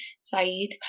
Saeed